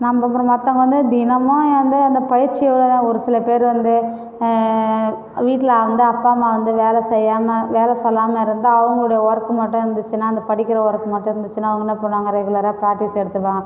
நம்ம அப்புறம் மற்றவங்க வந்து தினமும் வந்து அந்தப் பயிற்சியை ஒரு சில பேர் வந்து வீட்டில் வந்து அப்பா அம்மா வந்து வேலை செய்யாமல் வேலை சொல்லாமல் இருந்தால் அவங்களுடைய ஒர்க் மட்டும் இருந்துச்சின்னால் அந்தப் படிக்கிற ஒர்க் மட்டும் இருந்துச்சின்னால் அவங்க என்ன பண்ணுவாங்க ரெகுலராக ப்ராக்டிஸ் எடுத்துப்பாங்க